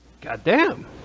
goddamn